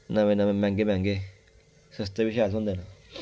नमें नमें मैंह्गे मैंह्गे सस्ते बी शैल थ्होंदे न